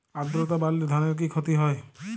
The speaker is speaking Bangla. আদ্রর্তা বাড়লে ধানের কি ক্ষতি হয়?